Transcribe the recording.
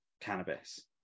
cannabis